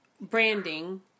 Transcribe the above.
branding